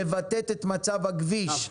מבטאת את מצב הכביש.